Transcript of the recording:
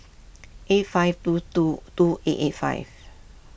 eight five two two two eight eight five